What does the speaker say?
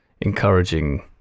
encouraging